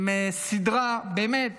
עם סדרה באמת